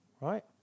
right